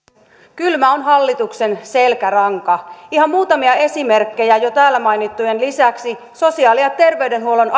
kylmä on hallituksen selkäranka ihan muutamia esimerkkejä täällä jo mainittujen lisäksi sosiaali ja terveydenhuollon